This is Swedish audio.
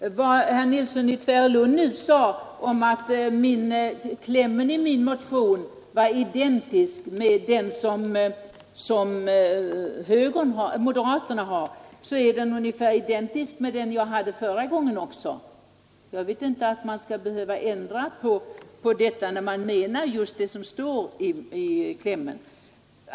Fru talman! Herr Nilsson i Tvärålund sade att klämmen i min motion är identisk med moderaternas, men den är också identisk med klämmen i min förra motion. Jag tycker inte att man skall behöva ändra på det, när man menar just vad som står i klämmen.